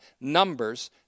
Numbers